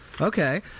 Okay